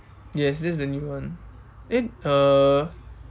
yes this is the new one eh uh